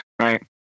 Right